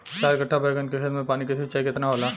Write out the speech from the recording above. चार कट्ठा बैंगन के खेत में पानी के सिंचाई केतना होला?